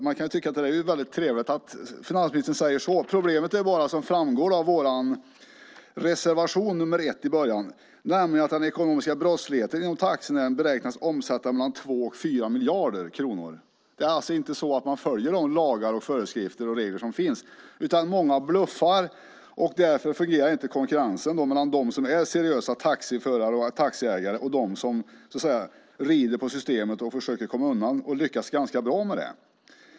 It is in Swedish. Man kan ju tycka att det är väldigt trevligt att finansministern säger så, men problemet är det som framgår i början av vår reservation nr 1, nämligen att den ekonomiska brottsligheten i taxinäringen beräknas omsätta mellan 2 och 4 miljarder kronor. Det är alltså inte så att man följer de lagar, föreskrifter och regler som finns, utan många bluffar. Därför fungerar inte konkurrensen mellan dem som är seriösa taxiförare och taxiägare och dem som så att säga rider på systemet och försöker komma undan och lyckas ganska bra med det.